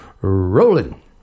rolling